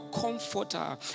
comforter